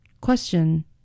Question